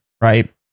right